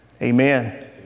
Amen